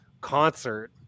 concert